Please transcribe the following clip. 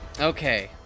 Okay